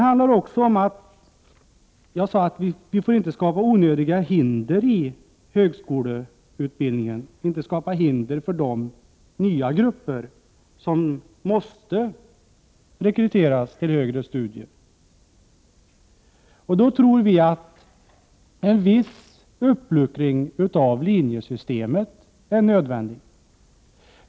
Jag sade tidigare att vi inte får skapa onödiga hinder för de nya grupper som måste rekryteras till högre studier. Därför tror vi att en viss uppluckring av linjesystemet är nödvändig.